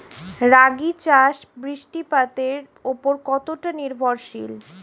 রাগী চাষ বৃষ্টিপাতের ওপর কতটা নির্ভরশীল?